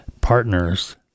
partners